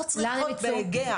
לדוגמה,